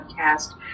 podcast